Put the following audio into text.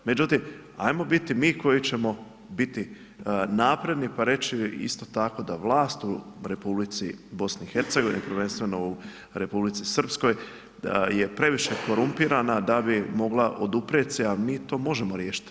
Međutim, hajmo biti mi koji ćemo biti napredni pa reći isto tako da vlast u Republici BiH, prvenstveno u Republici Srpskoj, da je previše korumpirana da bi mogla oduprijeti se, a mi to možemo riješiti.